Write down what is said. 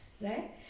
Right